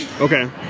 Okay